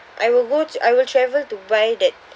I will watch I will travel to buy that